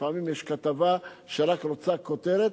לפעמים יש כתבה שרק רוצה כותרת.